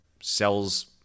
sells